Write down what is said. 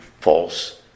false